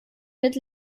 mit